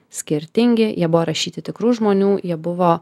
skirtingi jie buvo rašyti tikrų žmonių jie buvo